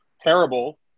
terrible